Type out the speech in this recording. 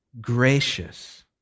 Gracious